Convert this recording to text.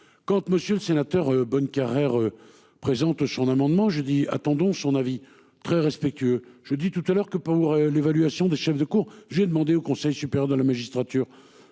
Monsieur le Sénateur. Bonnecarrere présente son amendement. Je dis attendons son avis très respectueux. J'ai dit tout à l'heure que pour l'évaluation des chefs de cour, j'ai demandé au Conseil supérieur de la magistrature